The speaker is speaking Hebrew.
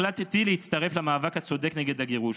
החלטתי להצטרף למאבק הצודק נגד הגירוש.